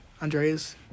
Andrea's